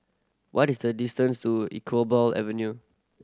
what is the distance to Iqbal Avenue